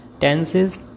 tenses